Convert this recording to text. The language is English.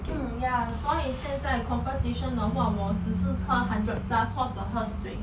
mm ya 所以 competition 的话我只是喝 one hundred plus 或者喝水:huo he shui